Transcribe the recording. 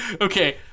okay